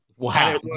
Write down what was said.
Wow